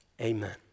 amen